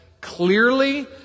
clearly